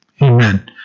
amen